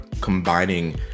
combining